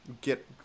Get